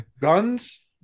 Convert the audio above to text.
guns